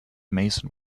mason